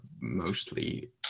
mostly